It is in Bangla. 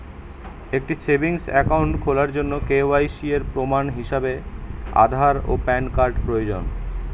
একটি সেভিংস অ্যাকাউন্ট খোলার জন্য কে.ওয়াই.সি এর প্রমাণ হিসাবে আধার ও প্যান কার্ড প্রয়োজন